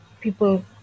people